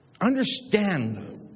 Understand